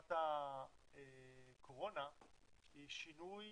בתקופת הקורונה הוא שינוי